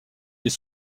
les